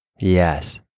Yes